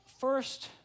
First